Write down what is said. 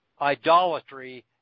idolatry